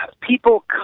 people